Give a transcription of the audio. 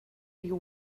you